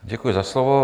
Děkuji za slovo.